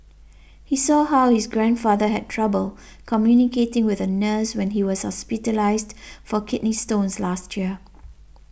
he saw how his grandfather had trouble communicating with a nurse when he was hospitalised for kidney stones last year